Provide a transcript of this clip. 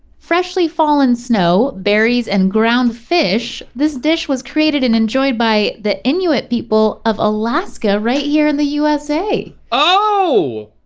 freshly fallen snow, berries and ground fish. this dish was created and enjoyed by the inuit people of alaska right here in the usa. oh!